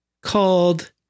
called